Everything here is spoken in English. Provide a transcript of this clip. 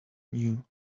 new